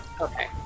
Okay